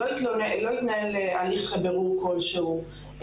לא התנהל הליך בירור כל שהוא,